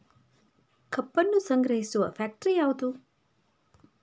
ಕಬ್ಬನ್ನು ಸಂಗ್ರಹಿಸುವ ಫ್ಯಾಕ್ಟರಿ ಯಾವದು?